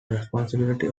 responsibility